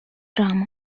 drama